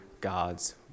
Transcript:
God's